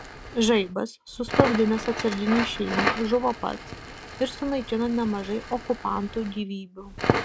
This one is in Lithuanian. žaibas susprogdinęs atsarginį išėjimą žuvo pats ir sunaikino nemažai okupantų gyvybių